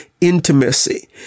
intimacy